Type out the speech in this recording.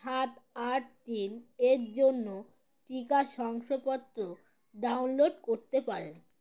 সাত আট তিন এর জন্য টিকা শংসপত্র ডাউনলোড করতে পারেন